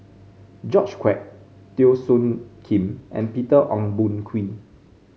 George Quek Teo Soon Kim and Peter Ong Boon Kwee